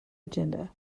agenda